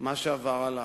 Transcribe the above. מה שעבר עליו.